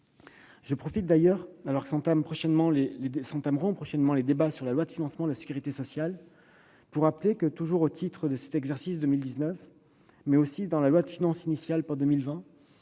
J'en profite d'ailleurs, alors que commenceront prochainement les débats sur le projet de loi de financement de la sécurité sociale, pour faire un rappel : toujours au titre de cet exercice 2019, mais aussi dans le cadre de la loi de finances initiale pour 2020,